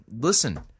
listen